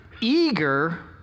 eager